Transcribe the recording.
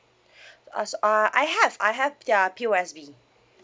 us uh I have I have the uh P_O_S_B